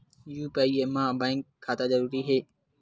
UPI मा bank खाता जरूरी हे?